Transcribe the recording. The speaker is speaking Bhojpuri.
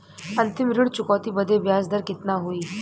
अंतिम ऋण चुकौती बदे ब्याज दर कितना होई?